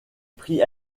prix